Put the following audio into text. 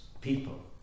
people